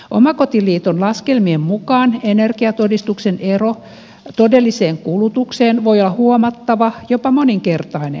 omakotiliiton laskelmien mukaan energiatodistuksen ero todelliseen kulutukseen voi olla huomattava jopa moninkertainen